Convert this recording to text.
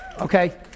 okay